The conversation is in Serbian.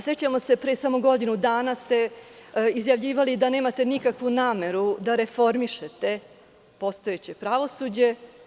Sećamo se, pre samo godinu dana ste izjavljivali da nemate nikakvu nameru da reformišete postojeće pravosuđe.